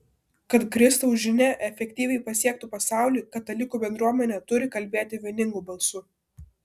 kad kristaus žinia efektyviai pasiektų pasaulį katalikų bendruomenė turi kalbėti vieningu balsu